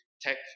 Tech